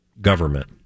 government